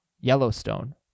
Yellowstone